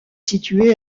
situé